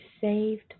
saved